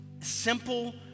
simple